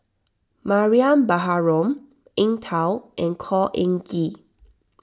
Mariam Baharom Eng Tow and Khor Ean Ghee